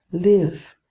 live!